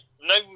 No